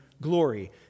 glory